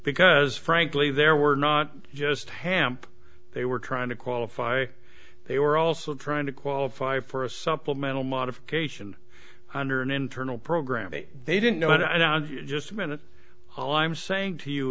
because frankly there were not just hamp they were trying to qualify they were also trying to qualify for a supplemental modification under an internal program that they didn't know and i don't just a minute i'm saying to you